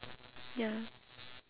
ya